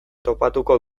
topatuko